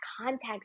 context